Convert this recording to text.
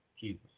Jesus